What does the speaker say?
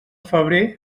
febrer